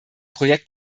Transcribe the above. projekt